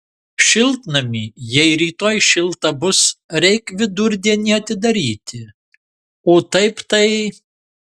šiltnamį jei rytoj šilta bus reik vidurdienį atidaryti o taip tai